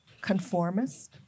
conformist